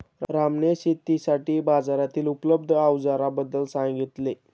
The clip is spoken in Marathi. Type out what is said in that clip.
रामने शेतीसाठी बाजारातील उपलब्ध अवजारांबद्दल सांगितले